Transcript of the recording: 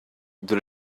there